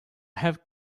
have